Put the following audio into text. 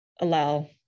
allow